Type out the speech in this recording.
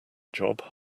job